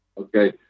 Okay